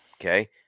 okay